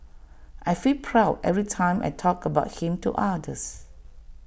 I feel proud every time I talk about him to others